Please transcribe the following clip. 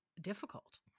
difficult